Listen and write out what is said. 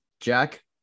Jack